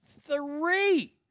three